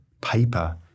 paper